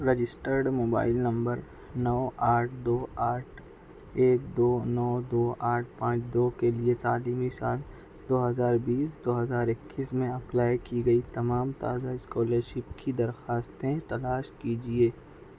registered mobile number نو آٹھ دو آٹھ ایک دو نو دو آٹھ پانچ دو کے لیے تعلیمی سال دو ہزار بیس دو ہزار اکیس میں اپلائی کی گئی تمام تازہ اسکالرشپ کی درخواستیں تلاش کیجیے